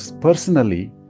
personally